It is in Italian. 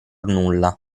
nulla